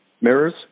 mirrors